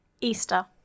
Easter